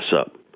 up